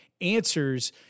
answers